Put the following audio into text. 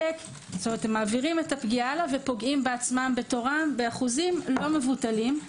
הם מעבירים את הפגיעה הלאה ופוגעים בעצמם בתורם באחוזים לא מבוטלים.